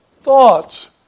thoughts